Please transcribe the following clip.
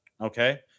okay